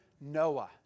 Noah